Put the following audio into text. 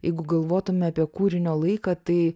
jeigu galvotume apie kūrinio laiką tai